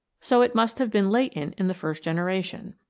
so it must have been latent in the first generation.